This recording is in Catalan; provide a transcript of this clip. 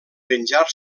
penjar